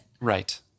Right